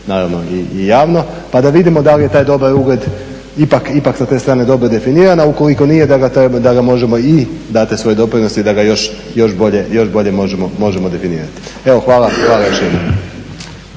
naravno i javno pa da vidimo da li je taj dobar ugled ipak sa te strane dobro definiran, a ukoliko nije da ga možemo i dati svoj doprinos i da ga još bolje možemo definirati. Evo hvala